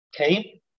okay